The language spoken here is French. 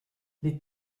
les